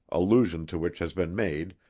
allusion to which has been made,